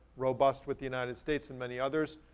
robust with the united states and many others,